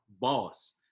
boss